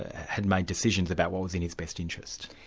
had made decisions about what was in his best interests.